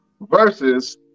versus